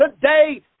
today